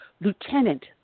Lieutenant